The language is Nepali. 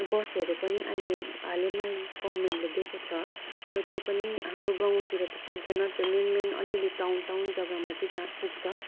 बसहरू पनि अहिले हालैमा गभर्मेन्टले दिएको छ तर त्यो पनि हाम्रो गाउँतिर त पुग्दैन त्यो मेन मेन अलिअलि टाउन टाउन जग्गामा चाहिँ जहाँ पुग्छ